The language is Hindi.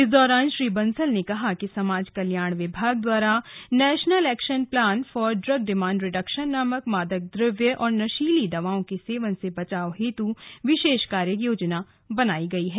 इस दौरान श्री बंसल ने कहा कि समाज कल्याण विभाग द्वारा national action plan for drug demand reduction मादक द्रव्य एवं नशीली दवाओं के सेवन से बचाव हेतु विशेष कार्य योजना बनाई गयी है